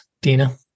Dina